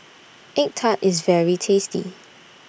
Egg Tart IS very tasty